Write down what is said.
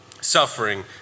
suffering